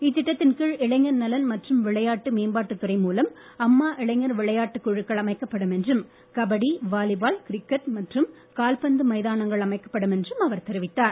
இத்திட்டத்தின் கீழ் இளைஞர் நலன் மற்றும் விளையாட்டு மேம்பாட்டுத் துறை மூலம் அம்மா இளைஞர் விளையாட்டுக் குழுக்கள் அமைக்கப்படும் என்றும் கபடி வாலிபால் கிரிக்கெட் மற்றும் கால்பந்து மைதானங்கள் அமைக்கப்படும் என்றும் அவர் தெரிவித்தார்